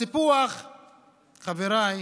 הסיפוח, חבריי,